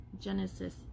Genesis